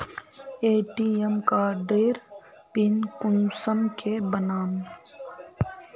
ATM कार्डेर pin कुंसम के बनाम?